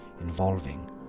involving